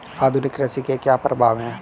आधुनिक कृषि के क्या प्रभाव हैं?